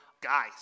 guys